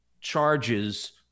charges